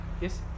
yes